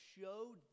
showed